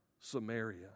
Samaria